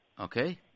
Okay